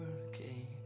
hurricane